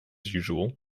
usual